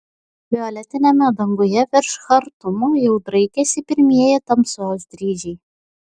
violetiniame danguje virš chartumo jau draikėsi pirmieji tamsos dryžiai